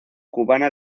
cubana